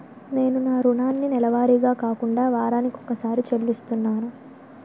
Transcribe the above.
నేను నా రుణాన్ని నెలవారీగా కాకుండా వారాని కొక్కసారి చెల్లిస్తున్నాను